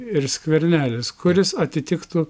ir skvernelis kuris atitiktų